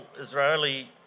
Israeli